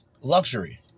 luxury